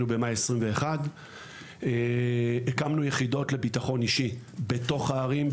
לנו במאי 2021. הקמנו יחידות לביטחון אישי בתוך הערים,